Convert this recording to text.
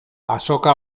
azoka